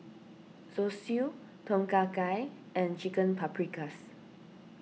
Zosui Tom Kha Gai and Chicken Paprikas